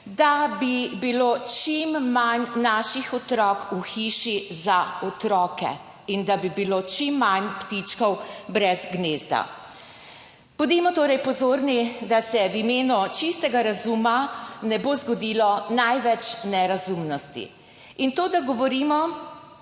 da bi bilo čim manj naših otrok v hiši za otroke in da bi bilo čim manj ptičkov brez gnezda. Bodimo torej pozorni, da se v imenu čistega razuma ne bo zgodilo največ nerazumnosti. In ko govorimo,